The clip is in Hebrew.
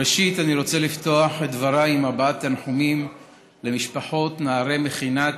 ראשית אני רוצה לפתוח את דבריי בהבעת תנחומים למשפחות נערי מכינת